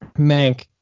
Mank